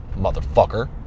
motherfucker